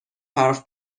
حرف